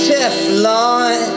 Teflon